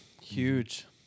Huge